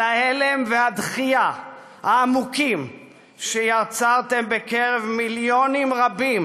על ההלם והדחייה העמוקים שיצרתם בקרב מיליונים רבים